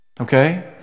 Okay